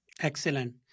Excellent